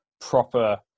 proper